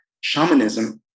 shamanism